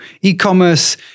e-commerce